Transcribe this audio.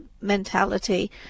mentality